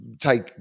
take